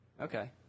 Okay